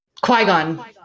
Qui-Gon